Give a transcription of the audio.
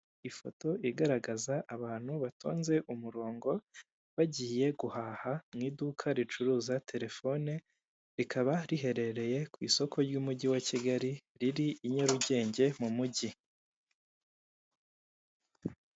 Ifoto igaragaza abantu batonze umurongo bagiye guhaha mu iduka ricuruza telefone, rikaba riherereye ku isoko ry'umugi wa Kigali rir i Nyarugenge mumugi.